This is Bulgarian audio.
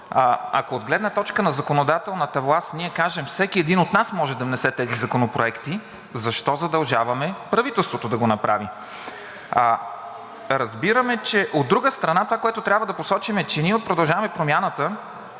ако от гледна точка на законодателната власт ние кажем: всеки един от нас може да внесе тези законопроекти, защо задължаваме правителството да го направи? От друга страна, това, което трябва да посочим, е, че ние от „Продължаваме Промяната“